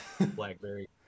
blackberry